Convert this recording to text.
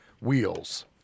wheels